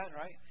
right